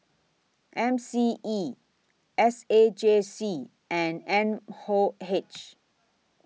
M C E S A J C and M O H